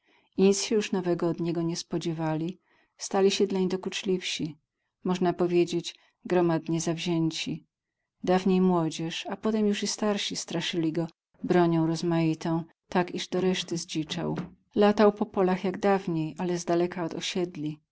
i nic się już nowego od niego nie spodziewali stali się dlań dokuczliwsi można powiedzieć gromadnie zawzięci dawniej młodzież a potem już i starsi straszyli go bronią rozmaitą tak iż doreszty zdziczał latał po polach jak dawniej ale zdaleka od osiedli